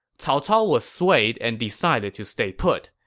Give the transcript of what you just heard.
cao cao was swayed and decided to stay put.